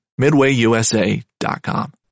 MidwayUSA.com